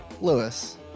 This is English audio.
Lewis